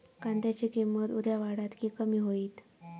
कांद्याची किंमत उद्या वाढात की कमी होईत?